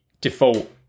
default